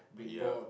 yep